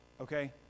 okay